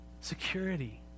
Security